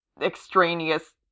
extraneous